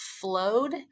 flowed